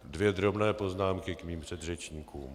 Dvě drobné poznámky k mým předřečníkům.